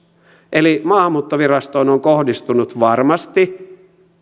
eli maahanmuuttovirastoon on kohdistunut varmasti